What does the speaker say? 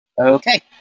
Okay